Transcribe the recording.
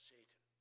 Satan